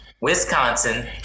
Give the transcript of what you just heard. Wisconsin